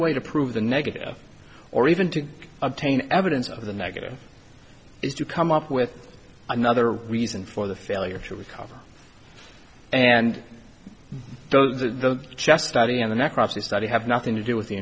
way to prove the negative or even to obtain evidence of the negative is to come up with another reason for the failure to recover and those the chest study in the next rossi study have nothing to do with the